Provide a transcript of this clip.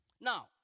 Now